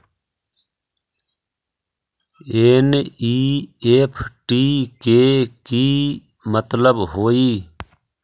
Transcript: NEFT के कि मतलब होइ?